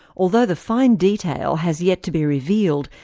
although the fine detail has yet to be revealed,